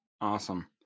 awesome